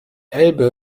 elbe